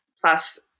plus